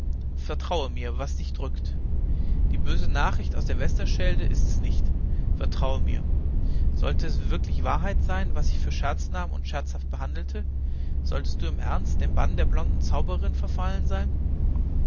vertraue mir was dich drückt die böse nachricht aus der westerschelde ist's nicht vertraue mir sollte es wirklich wahrheit sein was ich für scherz nahm und scherzhaft behandelte solltest du im ernst den banden der blonden zauberin verfallen sein